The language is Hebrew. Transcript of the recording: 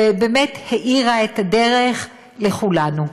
ובאמת האירה את הדרך לכולנו.